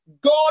God